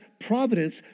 providence